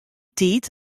tiid